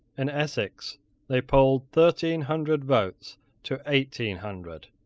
in essex they polled thirteen hundred votes to eighteen hundred.